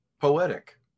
poetic